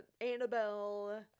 Annabelle